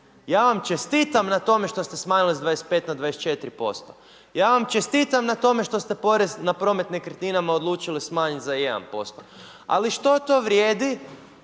Ja vam čestitam na tome što smanjili s 25 na 24%. Ja vam čestitam na tome što ste porez na promet nekretninama odlučili smanjiti za 1%. Ali što to vrijedi